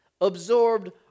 absorbed